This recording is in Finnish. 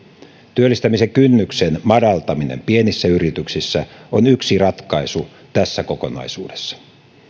työllistämisen kynnyksen madaltaminen pienissä yrityksissä on yksi ratkaisu tässä kokonaisuudessa